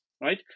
right